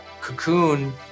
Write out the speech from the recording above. cocoon